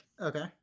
Okay